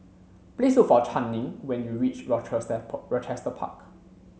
please look for Channing when you reach Rochester Park